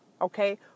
Okay